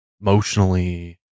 emotionally